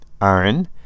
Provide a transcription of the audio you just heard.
iron